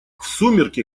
сумерки